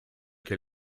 che